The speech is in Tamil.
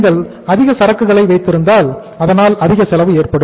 நீங்கள் அதிக சரக்குகளை வைத்திருந்தால் அதனால் அதிக செலவு ஏற்படும்